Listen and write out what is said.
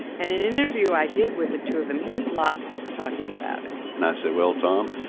and in an interview i did with the two of them, here's lott talking about it and i said, well, tom,